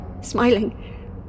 smiling